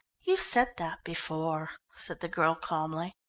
you said that before, said the girl calmly.